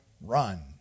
run